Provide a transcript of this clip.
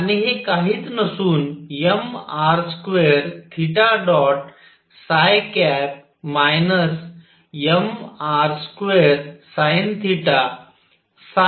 आणि हे काहीच नसून mr2 mr2sinθ आहे